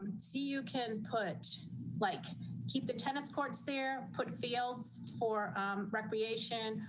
see, you can put like keep the tennis courts there put fields for recreation,